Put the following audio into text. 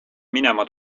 minema